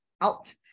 out